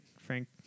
Frank